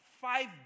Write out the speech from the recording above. five